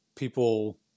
people